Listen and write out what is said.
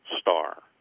star